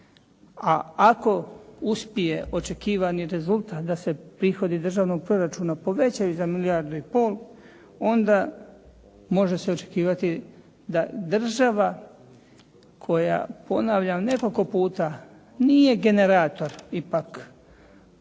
A ako uspije očekivani rezultat da se prihodi državnog proračuna povećaju za milijardu i pol onda može se očekivati da država koja ponavljam nekoliko puta nije generator ipak